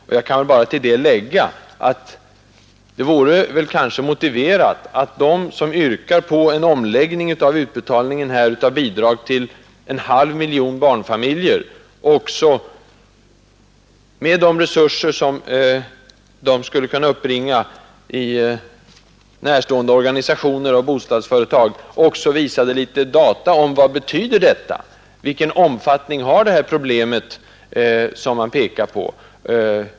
Till detta vill jag bara lägga att det kanske vore motiverat att de som yrkar på en omläggning av utbetalningen av bidrag till en halv miljon barnfamiljer också — med de resurser som de skulle kunna uppbringa i närstående organisationer och bostadsföretag — visade litet data som motivering till sitt krav. Vilken omfattning har det problem som man här pekar på?